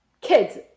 kids